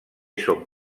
són